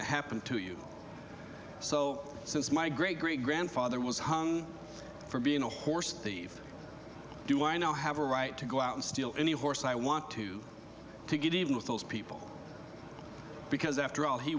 to happen to you so since my great great grandfather was hung for being a horse thief do i now have a right to go out and steal any horse i want to to get even with those people because after all he